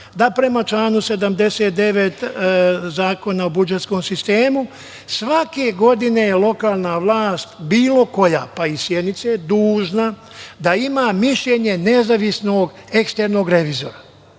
da prema članu 79. Zakona o budžetskom sistemu svake godine je lokalna vlast, bilo koja, pa iz Sjenice, je dužna da ima mišljenje nezavisnog eksternog revizora